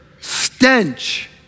stench